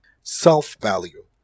self-value